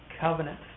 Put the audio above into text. covenant